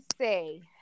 say